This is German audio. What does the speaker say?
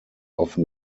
offen